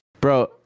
bro